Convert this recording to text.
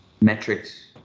metrics